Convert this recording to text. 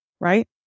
Right